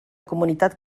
comunitat